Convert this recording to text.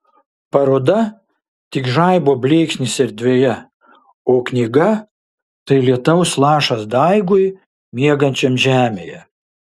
paroda tik žaibo blyksnis erdvėje o knyga tai lietaus lašas daigui miegančiam žemėje